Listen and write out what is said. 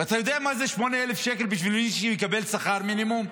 ואתה יודע מה זה 8,000 שקל בשביל מי שמקבל שכר מינימום,